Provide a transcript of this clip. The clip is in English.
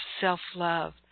self-love